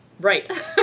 right